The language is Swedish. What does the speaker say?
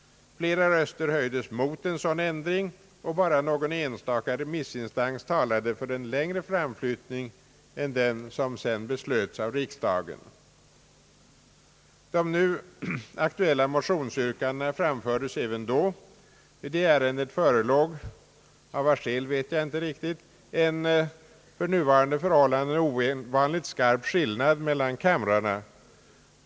Flera röster höjdes mot en sådan ändring och bara någon enstaka remissinstans talade för en längre framflyttning än den som sedan beslöts av riksdagen. De nu aktuella motionsyrkandena framfördes även i fjol. I detta ärende förelåg, av vilket skäl vet jag inte riktigt, en för nuvarande förhållanden ovanligt skarp skillnad mellan kamrarna.